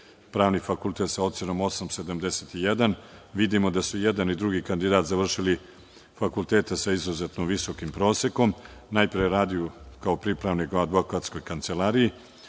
Pravni fakultet sa ocenom 8,71. Vidimo da su i jedan i drugi kandidat završili fakultete sa izuzetno visokim prosekom. Najpre je radio kao pripravnik u advokatskoj kancelariji,